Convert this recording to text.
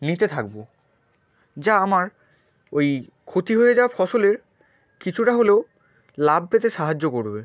নিতে থাকবো যা আমার ওই ক্ষতি হয়ে যাওয়া ফসলের কিছুটা হলেও লাভ পেতে সাহায্য করবে